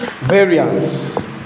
Variance